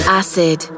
acid